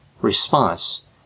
response